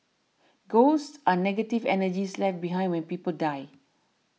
ghosts are negative energies left behind when people die